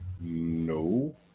No